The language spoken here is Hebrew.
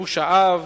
בוש האב,